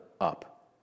up